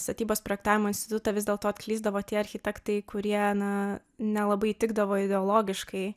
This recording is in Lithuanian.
statybos projektavimo institutą vis dėlto atklysdavo tie architektai kurie na nelabai tikdavo ideologiškai